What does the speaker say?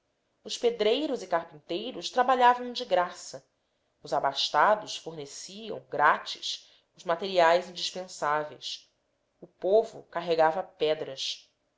os pedreiros e carpinteiros trabalhavam de graça os abastados forneciam grátis os materiais indispensáveis o povo carregava pedras